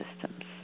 systems